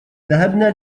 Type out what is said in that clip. ذهبنا